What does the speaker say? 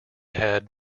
had